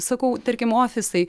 sakau tarkim ofisai